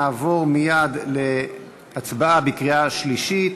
נעבור מייד להצבעה בקריאה שלישית.